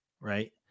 Right